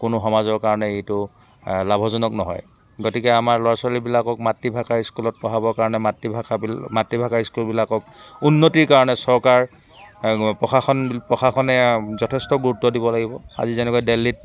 কোনো সমাজৰ কাৰণে এইটো লাভজনক নহয় গতিকে আমাৰ ল'ৰা ছোৱালীবিলাকক মাতৃভাষাৰ স্কুলত পঢ়বাৰ কাৰণে মাতৃভাষাৰ বি মাতৃ ভাষাৰ স্কুলবিলাকক উন্নতিৰ কাৰণে চৰকাৰ প্ৰশাসন প্ৰশাসনে যথেষ্ট গুৰুত্ব দিব লাগিব আজি যেনেকৈ দিল্লীত